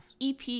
EP